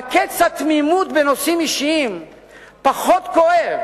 אבל קץ התמימות בנושאים אישיים פחות כואב